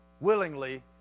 willingly